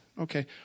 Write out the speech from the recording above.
Okay